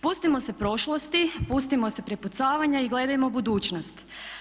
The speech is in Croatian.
Pustimo se prošlosti, pustimo se prepucavanja i gledajmo budućnost.